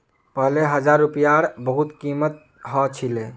पहले हजार रूपयार बहुत कीमत ह छिले